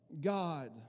God